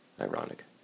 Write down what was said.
Ironic